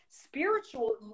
spiritual